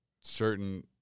certain